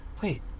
wait